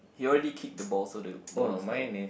he already kicked the balls so the balls like